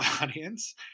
audience